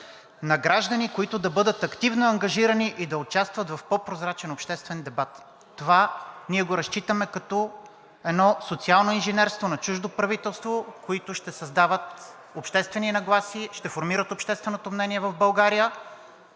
на граждани, които да бъдат активно ангажирани и да участват в по-прозрачен обществен дебат. Това ние го разчитаме като едно социално инженерство на чуждо правителство, които ще създават обществени нагласи, ще формират общественото мнение в България,